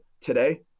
today